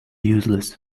useless